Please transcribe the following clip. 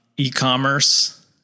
e-commerce